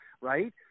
right